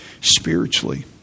spiritually